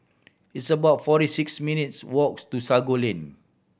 it's about forty six minutes' walks to Sago Lane